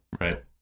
Right